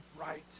right